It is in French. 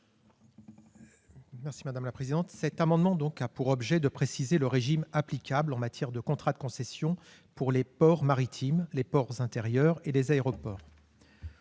spéciale ? Cet amendement a pour objet de préciser le régime applicable en matière de contrat de concession pour les ports maritimes, les ports intérieurs et les aéroports.